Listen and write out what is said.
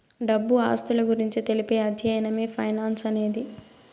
డబ్బు ఆస్తుల గురించి తెలిపే అధ్యయనమే ఫైనాన్స్ అనేది